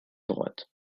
droite